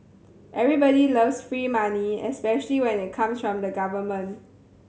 everybody loves free money especially when it comes from the government